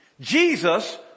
Jesus